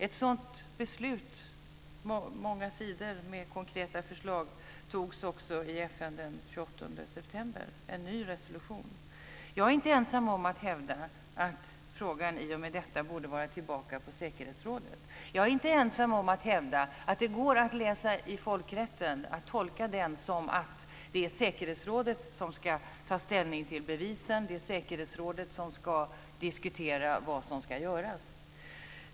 Ett beslut om en ny resolution med konkreta förslag fattades också i FN den 28 september. Jag är inte ensam om att hävda att frågan i och med detta borde föras tillbaka till säkerhetsrådet. Jag är inte ensam om att hävda att det går att tolka folkrätten så att det är säkerhetsrådet som ska ta ställning till bevisen och som ska diskutera vad som ska göras.